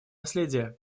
наследие